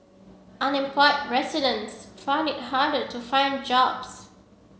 unemployed residents found it harder to find jobs